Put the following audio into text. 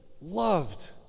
loved